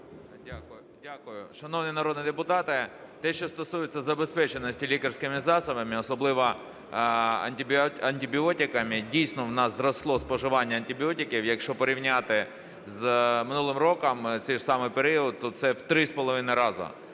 Дякую. Шановні народні депутати, те, що стосується забезпеченості лікарськими засобами, особливо антибіотиками, дійсно, у нас зросло споживання антибіотиків. Якщо порівняти з минулим роком в цей самий період, то це в три з половиною рази